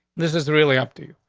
this is really up to you.